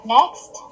Next